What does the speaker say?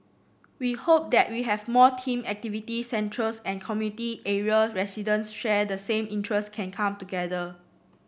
we hope that we have more themed activity centres and community area residents share the same interest can come together